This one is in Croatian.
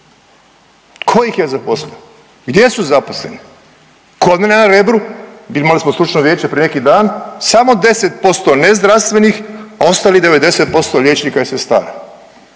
ko ih je zaposlio, gdje su zaposleni? Kod mene na Rebru, imali smo stručno vijeće prije neki dan samo 10% nezdravstvenih, a ostalih 90% je liječnika i sestara,